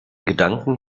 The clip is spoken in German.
gedanken